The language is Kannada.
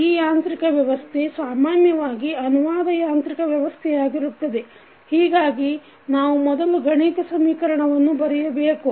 ಈ ಯಾಂತ್ರಿಕ ವ್ಯವಸ್ಥೆ ಸಾಮಾನ್ಯವಾಗಿ ಅನುವಾದ ಯಾಂತ್ರಿಕ ವ್ಯವಸ್ಥೆಯಾಗಿರುತ್ತದೆ ಹೀಗಾಗಿ ನಾವು ಮೊದಲು ಗಣಿತ ಸಮೀಕರಣವನ್ನು ಬರೆಯಬೇಕು